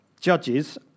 judges